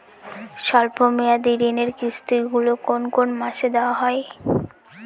স্বল্প মেয়াদি ঋণের কিস্তি গুলি কোন কোন মাসে দেওয়া নিয়ম?